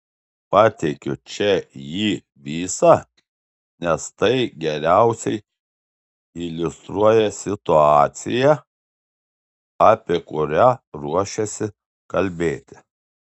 pateikiu čia jį visą nes tai geriausiai iliustruoja situaciją apie kurią ruošiuosi kalbėti